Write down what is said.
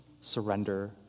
surrender